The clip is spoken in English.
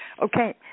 Okay